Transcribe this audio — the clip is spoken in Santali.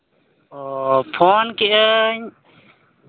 ᱚ ᱯᱷᱳᱱ ᱠᱮᱫᱼᱟᱹᱧ